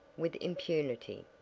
with impunity.